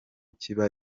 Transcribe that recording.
kiba